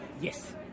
Yes